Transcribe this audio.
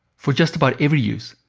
for just about every use,